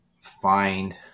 find